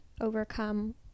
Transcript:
overcome